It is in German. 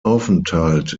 aufenthalt